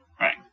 Right